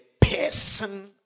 person